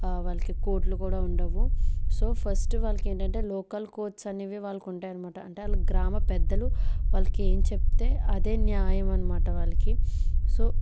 వాళ్ళకి కోర్ట్లు కూడా ఉండవు సో ఫస్ట్ వాళ్ళకి ఏంటంటే లోకల్ కోర్ట్స్ అనేవి వాళ్ళకుంటాయన్నమాట అంటే వాళ్ళ గ్రామ పెద్దలు వాళ్ళకి ఏం చెప్తే అదే న్యాయం అన్నమాట వాళ్ళకి సో